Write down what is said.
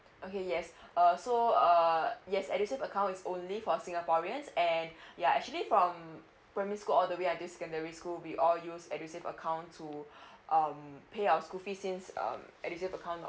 okay yes uh so uh yes edusave account is only for singaporeans and ya actually from primary school all the way until secondary school we all use edusave account to um pay our school fees since um edusave account